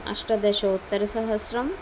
अष्टदशतोत्तरसहस्रम्